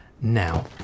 now